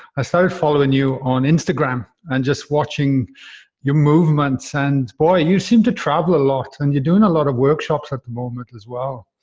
i started following you on instagram and just watching your movements and boy you seem to travel a lot and you're doing a lot of workshops at the moment as well.